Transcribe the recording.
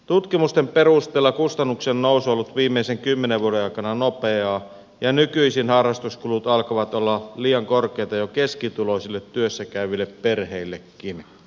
tutkimusten perusteella kustannuksien nousu on ollut viimeisen kymmenen vuoden aikana nopeaa ja nykyisin harrastuskulut alkavat olla liian korkeita jo keskituloisille työssä käyville perheillekin